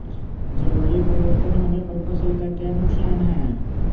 जलवायु परिवर्तन होने पर फसल का क्या नुकसान है?